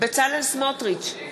בצלאל סמוטריץ,